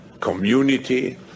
community